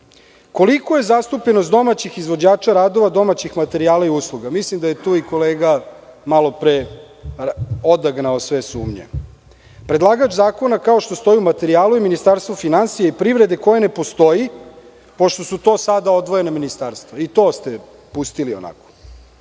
Kolika je zastupljenost domaćih izvođača radova, domaćih materijala i usluga? Mislim da je tu i kolega malo pre odagnao sve sumnje. Predlagač zakona, kao što stoji u materijalu, je Ministarstvo finansija i privrede, koje ne postoji, pošto su to sada odvojena ministarstva. I to ste pustili onako.